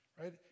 Right